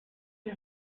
die